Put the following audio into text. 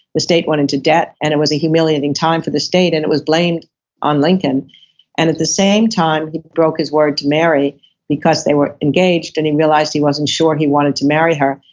the state went into debt and it was a humiliating time for the state, and it was blamed on lincoln and at the same time he broke his word to mary because they were engaged and he realized he wasn't sure he wanted to marry her.